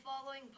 following